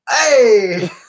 Hey